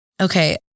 Okay